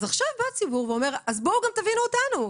אז עכשיו בא הציבור ואומר: אז בואו גם תבינו אותנו,